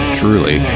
truly